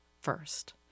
first